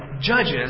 judges